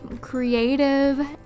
creative